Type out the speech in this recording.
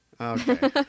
Okay